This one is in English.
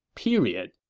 period.